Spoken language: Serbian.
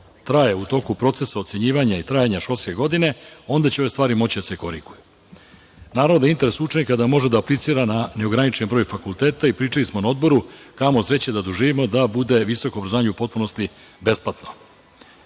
traje u toku procesa ocenjivanja i trajanja školske godine, onda će ove stvari moći da se koriguju. Naravno da je interes učenika da može da aplicira na neograničen broj fakulteta i pričali smo na odboru, kamo sreće da doživimo da bude visoko obrazovanju u potpunosti besplatno. Prosvetna